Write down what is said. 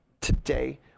today